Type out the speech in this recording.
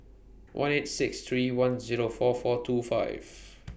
one eight six three one Zero four four two five